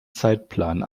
zeitplan